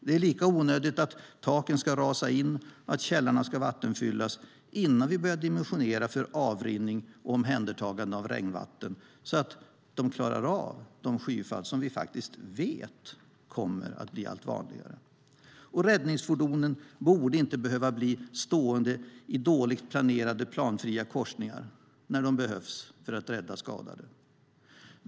Det är lika onödigt att tak ska rasa in och källare vattenfyllas innan vi börjar dimensionera för avrinning och omhändertagande av regnvatten så att de klarar av de skyfall vi vet kommer att bli allt vanligare. Räddningsfordonen borde inte heller behöva bli stående i dåligt planerade, planfria korsningar när de behövs för att rädda skadade.